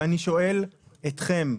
ואני שואל אתכם: